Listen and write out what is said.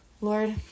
Lord